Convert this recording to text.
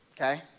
okay